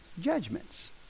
judgments